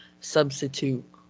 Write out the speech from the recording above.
substitute